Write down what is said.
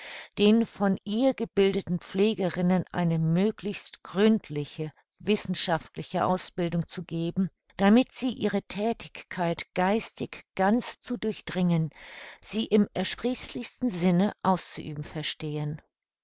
den von ihr gebildeten pflegerinnen eine möglichst gründliche wissenschaftliche ausbildung zu geben damit sie ihre thätigkeit geistig ganz zu durchdringen sie im ersprießlichsten sinne auszuüben verstehen